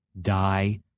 die